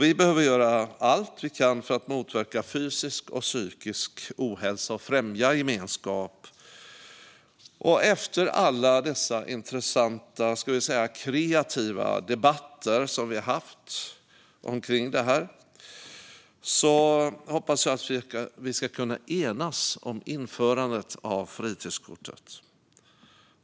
Vi behöver göra allt vi kan för att motverka fysisk och psykisk ohälsa och främja gemenskap. Efter alla dessa intressanta och, ska vi säga, kreativa debatter som vi haft omkring detta hoppas jag att vi ska kunna enas om införandet av fritidskortet.